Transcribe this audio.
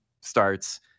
starts